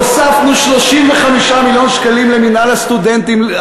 הוספנו 35 מיליון שקלים למינהל הסטודנטים.